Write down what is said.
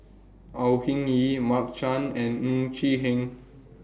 Au Hing Yee Mark Chan and Ng Chee Hen